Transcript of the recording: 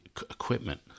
equipment